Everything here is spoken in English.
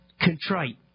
Contrite